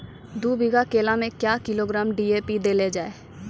दू बीघा केला मैं क्या किलोग्राम डी.ए.पी देले जाय?